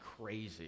crazy